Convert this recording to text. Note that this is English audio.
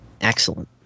Excellent